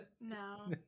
No